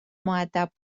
مودب